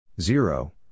zero